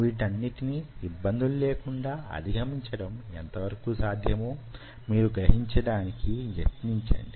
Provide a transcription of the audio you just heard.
వీటన్నిటినీ యిబ్బందులు లేకుండా అధిగమించడం యెంత వరకు సాధ్యమో మీరు గ్రహించడానికి యత్నించండి